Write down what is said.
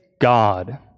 God